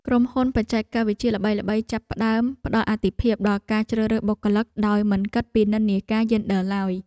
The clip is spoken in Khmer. ក្រុមហ៊ុនបច្ចេកវិទ្យាល្បីៗចាប់ផ្តើមផ្តល់អាទិភាពដល់ការជ្រើសរើសបុគ្គលិកដោយមិនគិតពីនិន្នាការយេនឌ័រឡើយ។